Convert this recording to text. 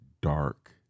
dark